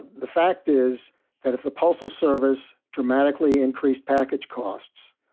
the fact is that if the postal service dramatically increased package costs,